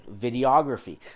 videography